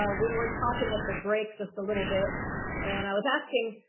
ah we were talking at the break just a little bit and i was asking,